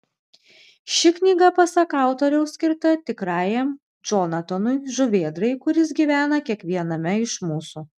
ši knyga pasak autoriaus skirta tikrajam džonatanui žuvėdrai kuris gyvena kiekviename iš mūsų